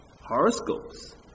horoscopes